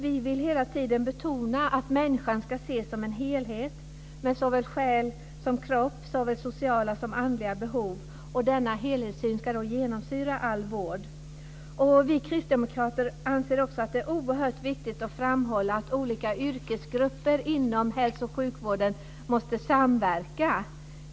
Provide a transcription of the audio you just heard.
Vi vill betona att människan ska ses som en helhet med såväl själ som kropp, med såväl sociala som andliga behov. Denna helhetssyn ska då genomsyra all vård. Vi kristdemokrater anser också att det är oerhört viktigt att framhålla att olika yrkesgrupper inom hälso och sjukvården måste samverka.